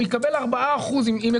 הוא יקבל ארבעה אחוזים,